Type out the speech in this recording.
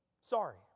Sorry